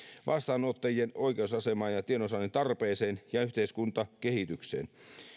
vastaanottajien oikeusasemaan ja tiedonsaannin tarpeeseen ja yhteiskuntakehitykseen